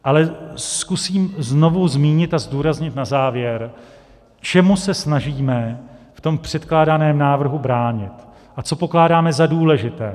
Ale zkusím znovu zmínit a zdůraznit na závěr, čemu se snažíme v předkládaném návrhu bránit a co pokládáme za důležité.